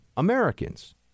americans